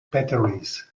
batteries